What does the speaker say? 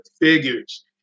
figures